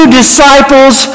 disciples